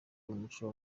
umuco